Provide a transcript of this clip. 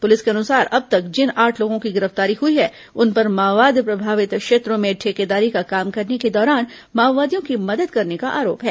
police के अनुसार अब तक जिन आठ लोगों की गिरफ्तारी हुई है उन पर माओवाद प्रभावित क्षेत्रों में ठेकेदारी का काम करने के दौरान माओवादियों की मदद करने का आरोप है